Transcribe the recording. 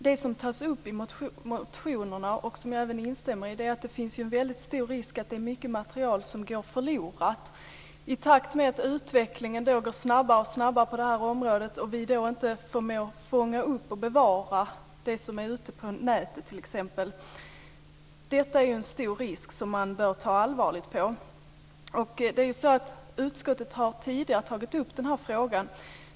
Det som tas upp i motionerna, och som jag även instämmer i, är att det finns en väldigt stor risk för att mycket material går förlorat i takt med att utvecklingen går allt snabbare på det här området och vi därför inte förmår att fånga upp och bevara det som är ute på nätet t.ex. Detta är en stor risk som man bör ta på allvar. Utskottet har tidigare tagit upp den här frågan.